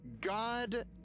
God